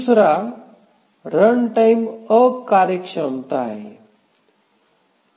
दुसरा रनटाइम अकार्यक्षमता आहे